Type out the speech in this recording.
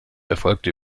erfolgte